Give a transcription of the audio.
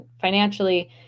financially